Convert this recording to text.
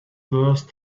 worse